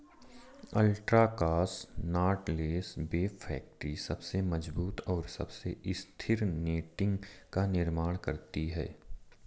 ultra cross knotless web factory सबसे मजबूत और सबसे स्थिर नेटिंग का निर्माण करती है